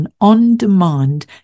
on-demand